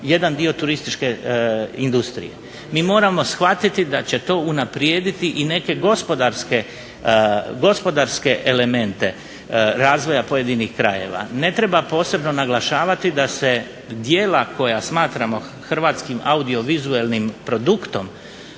jedan dio turističke industrije. Mi moramo shvatiti da će to unaprijediti i neke gospodarske elemente razvoja pojedinih krajeva. Ne treba posebno naglašavati da su djela koja smatramo hrvatskim audiovizualnim produktom